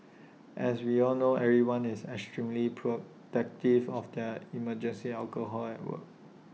as we all know everyone is extremely protective of their emergency alcohol at work